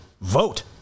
vote